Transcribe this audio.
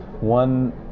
One